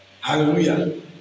Hallelujah